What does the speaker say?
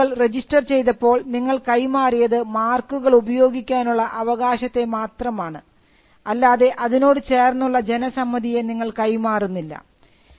trade മാർക്കുകൾ register ചെയ്തപ്പോൾ നിങ്ങൾ കൈമാറിയത് മാർക്കുകൾ ഉപയോഗിക്കാനുള്ള അവകാശത്തെ മാത്രമാണ് ആണ് അല്ലാതെ അതിനോട് ചേർന്നുള്ള ജനസമ്മതിയെ നിങ്ങൾ കൈമാറുന്നില്ല